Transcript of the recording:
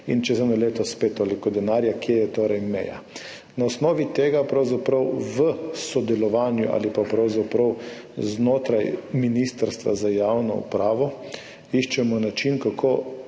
in čez 1 leto spet toliko denarja. Kje je torej meja? Na osnovi tega pravzaprav v sodelovanju ali pa pravzaprav znotraj Ministrstva za javno upravo, iščemo način, kako